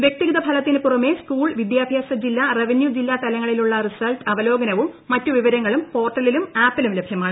വൃക്തിഗത ഫലത്തിന് പുറമെ സ്കൂൾ വിദ്യാഭ്യാസ ജില്ല റവന്യൂജില്ലാ തലങ്ങളിലുള്ള റിസൾട്ട് അവലോകനവും മറ്റ് വിവരങ്ങളും പോർട്ടലിലും ആപ്പിലും ലഭ്യമാണ്